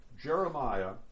Jeremiah